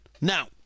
Now